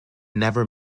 never